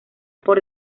por